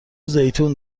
زیتون